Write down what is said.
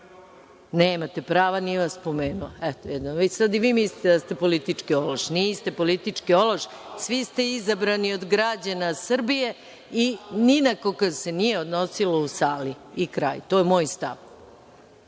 pravo, nije vas pomenuo. Eto sad i vi mislite da ste politički ološ. Niste politički ološ, svi ste izabrani od građana Srbije i ni na koga se nije odnosilo u sali i kraj. To je moj stav.